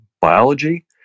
biology